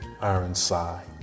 Ironside